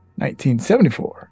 1974